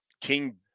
King